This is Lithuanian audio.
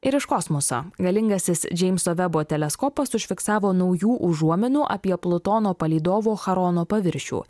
ir iš kosmoso galingasis džeimso vebo teleskopas užfiksavo naujų užuominų apie plutono palydovo charono paviršių